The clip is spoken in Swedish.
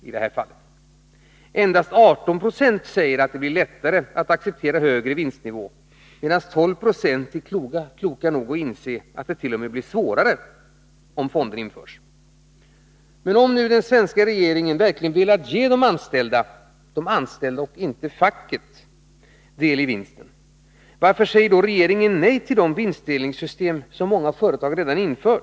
Endast 18 26 säger att det blir lättare att acceptera högre vinstnivå, medan endast 12 96 är kloka nog att inse att det t.o.m. blir svårare om fonderna genomförs. Men om den svenska regeringen verkligen velat ge de anställda, och inte facket, del i vinsten — varför säger regeringen då nej till de vinstdelningssystem som många företag redan infört?